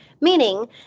meaning